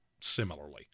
similarly